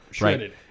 right